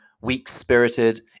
weak-spirited